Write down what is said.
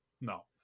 no